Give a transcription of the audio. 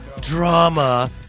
drama